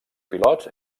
pilots